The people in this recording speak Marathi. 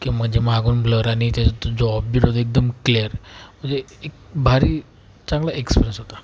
की म्हणजे मागून ब्लर आणि त्याचा तो जो ऑफबिट होता एकदम क्लियर म्हणजे एक भारी चांगला एक्सपिरियन्स होता